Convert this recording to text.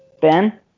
Ben